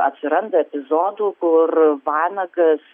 atsiranda epizodų kur vanagas